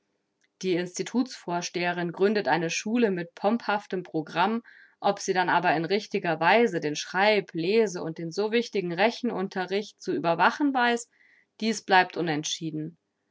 die institutsvorsteherin gründet eine schule mit pomphaftem programm ob sie dann aber in richtiger weise den schreib lese und den so wichtigen rechenunterricht zu überwachen weiß dies bleibt unentschieden